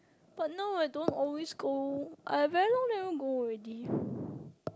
but now I don't always go I very long never go already